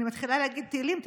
מתחילה להגיד תהילים,